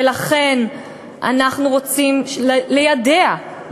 ולכן אנחנו רוצים ליידע,